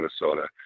Minnesota